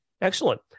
excellent